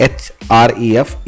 href